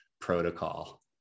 protocol